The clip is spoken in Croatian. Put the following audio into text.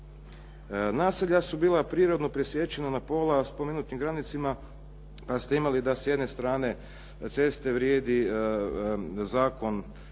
Naselja su bila prirodno presječena na pola spomenutim granicama pa ste imali da s jedne strane ceste vrijedi Zakon